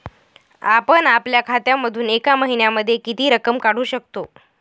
आपण आपल्या खात्यामधून एका महिन्यामधे किती रक्कम काढू शकतो?